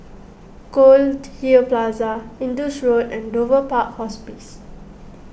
Goldhill Plaza Indus Road and Dover Park Hospice